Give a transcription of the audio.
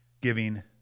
giving